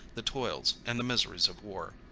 the toils, and the miseries of war.